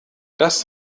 das